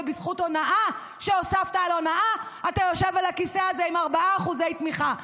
ובזכות הונאה שהוספת על הונאה אתה יושב על הכיסא הזה עם 4% תמיכה.